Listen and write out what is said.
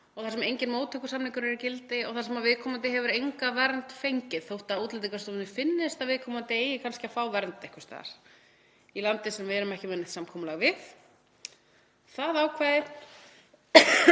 og þar sem enginn móttökusamningur er í gildi, þar sem viðkomandi hefur enga vernd fengið þótt Útlendingastofnun finnist að viðkomandi eigi kannski að fá vernd einhvers staðar, í landi sem við erum ekki með neitt samkomulag við — það ákvæði